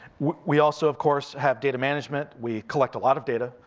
we also, of course, have data management. we collect a lot of data,